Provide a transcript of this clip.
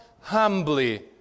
humbly